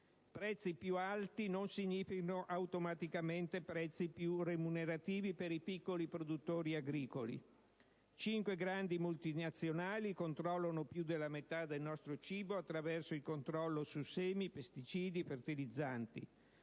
Prezzi più alti non significano automaticamente prezzi più remunerativi per i piccoli produttori agricoli. Cinque grandi multinazionali controllano più della metà del nostro cibo attraverso il controllo su semi, pesticidi, fertilizzanti;